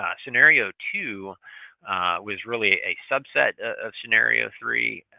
ah scenario two was really a subset of scenario three.